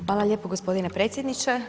Hvala lijepo gospodine predsjedniče.